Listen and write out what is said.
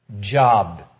Job